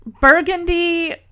burgundy